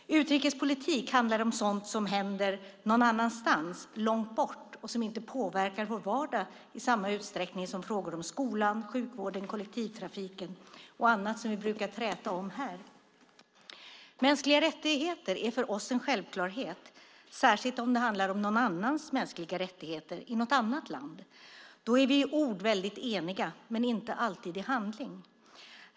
Utrikespolitik handlar om sådant som händer någon annanstans, långt bort, och som inte påverkar vår vardag i samma utsträckning som frågor om skolan, sjukvården, kollektivtrafiken och annat som vi brukar träta om här. Mänskliga rättigheter är för oss en självklarhet, särskilt om det handlar om någon annans mänskliga rättigheter i något annat land. Då är vi i ord väldigt eniga men inte alltid i handling.